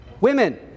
Women